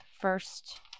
first